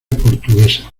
portuguesa